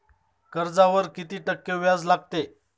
कर्जावर किती टक्के व्याज लागते?